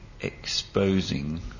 exposing